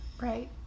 right